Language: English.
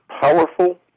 powerful